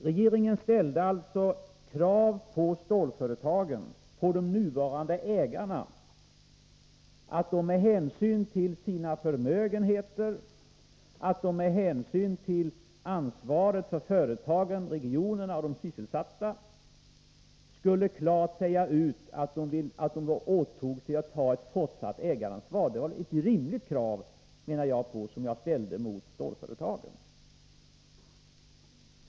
Regeringen ställde alltså krav på stålföretagen, på de nuvarande ägarna, att de med hänsyn till sina förmögenheter och med hänsyn till sitt ansvar för företagen, regionerna och de sysselsatta klart skulle säga ut att de åtog sig att ta ett fortsatt ägaransvar. Jag menar att det var ett rimligt krav som jag ställde på stålföretagen.